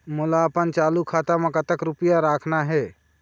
मोला अपन चालू खाता म कतक रूपया रखना हे?